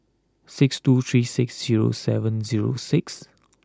six two three six zero seven zero six